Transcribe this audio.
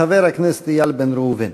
חבר הכנסת איל בן ראובן.